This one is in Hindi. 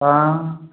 हाँ